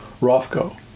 Rothko